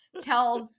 tells